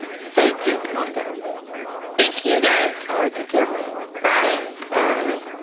thank you, monica thank you guys all right. take care bye bye.